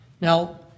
Now